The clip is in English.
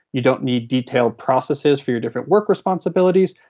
you don't need detailed processes for your different work responsibilities,